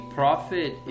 profit